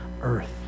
Earth